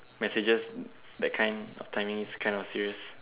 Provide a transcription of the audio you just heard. messages that kind of timing it's kind of serious